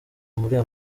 muri